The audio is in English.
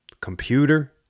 computer